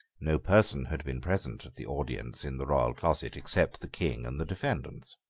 no person had been present at the audience in the royal closet, except the king and the defendants.